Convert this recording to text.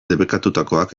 debekatutakoak